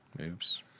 Oops